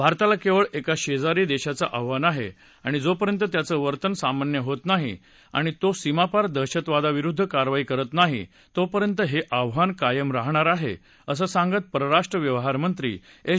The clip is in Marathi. भारताला केवळ एका शेजारी देशाचं आव्हान आहे आणि जोपर्यंत त्याचं वर्तन सामान्य होत नाही आणि तो सीमापार दहशतवादाविरुद्ध कारवाई करत नाही तोपर्यंत हे आव्हान कायम राहणार आहे असं सांगत परराष्ट्र व्यवहार्मंत्री एस